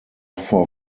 four